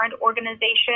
organization